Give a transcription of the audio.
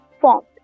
formed